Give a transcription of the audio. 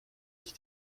ich